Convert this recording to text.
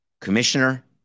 Commissioner